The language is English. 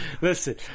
Listen